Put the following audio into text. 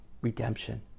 redemption